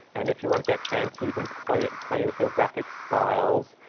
and if you want to get fancy you can play it play with your graphic styles.